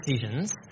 decisions